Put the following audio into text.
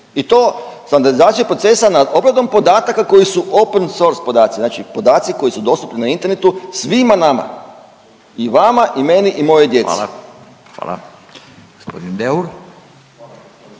I to standardizaciju procesa nad obradom podataka koji su open source podaci, znači podaci koji su dostupni na internetu svima nama. I vama i meni i mojoj djeci. **Radin,